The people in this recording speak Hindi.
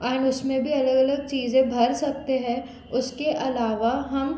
एंड उसमें भी अलग अलग चीज़ें भर सकते है उसके अलावा हम